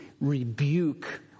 rebuke